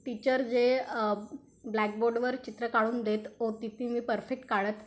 teacher जे ब्लॅकबोर्डवर चित्र काढून देत होती ती मी परफेक्ट काढत